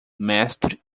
mestre